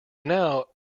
now